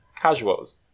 casuals